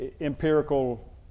Empirical